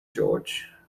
george